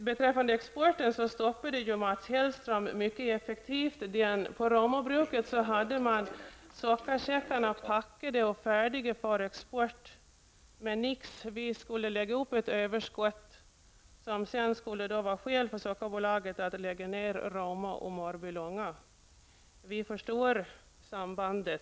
Exportplanerna stoppades mycket effektivt av Mats Hellström. Man hade på Romabruket sockersäckarna packade och färdiga för export, men nix, vi skulle lägga upp ett överskott som sedan skulle ge Sockerbolaget ett skäl för att lägga ned sockerbruken i Roma och Mörbylånga. Vi förstår sambandet.